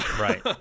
right